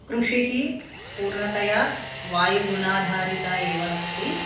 कृषिः पूर्णतया वायुगुणाधारिता एव अस्ति